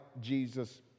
Jesus